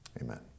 Amen